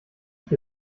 ich